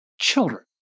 children